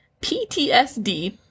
PTSD